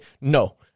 No